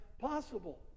possible